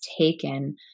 taken